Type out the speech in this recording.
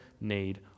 need